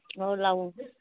आओर लाबु